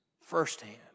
firsthand